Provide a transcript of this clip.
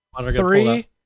three